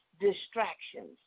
distractions